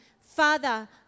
Father